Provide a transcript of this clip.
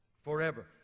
Forever